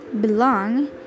belong